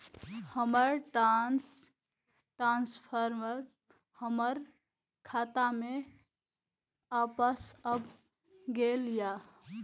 हमर fund transfer हमर खाता में वापस आब गेल या